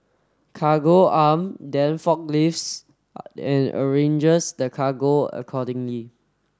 Cargo Arm then forklifts and arranges the cargo accordingly